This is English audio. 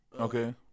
Okay